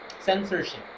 censorship